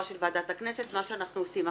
של ועדת הכנסת מה שאנחנו עושים עכשיו.